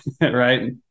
Right